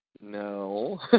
No